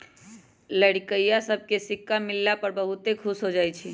लइरका सभके सिक्का मिलला पर बहुते खुश हो जाइ छइ